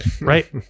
right